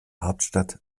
hauptstadt